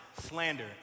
slander